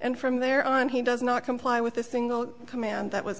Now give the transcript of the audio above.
and from there on he does not comply with a single command that was